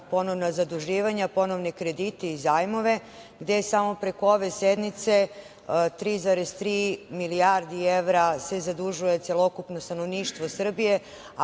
ponovna zaduživanja, ponovne kredite i zajmove gde samo preko ove sednice 3,3 milijardi evra se zadužuje celokupno stanovništvo Srbije,